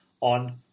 on